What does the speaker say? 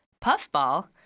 Puffball